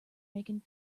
making